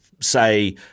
Say